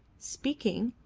speaking,